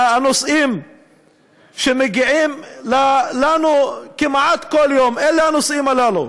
הנושאים שמגיעים אלינו כמעט כל יום אלה הנושאים הללו,